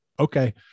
okay